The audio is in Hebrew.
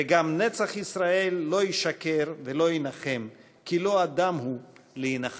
"וגם נצח ישראל לא ישקר ולא ינחם כי לא אדם הוא להנחם".